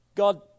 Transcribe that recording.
God